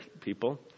people